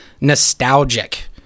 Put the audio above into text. nostalgic